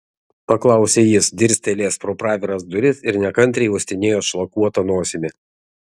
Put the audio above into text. paklausė jis dirstelėjęs pro praviras duris ir nekantriai uostinėjo šlakuota nosimi